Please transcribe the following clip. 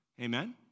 Amen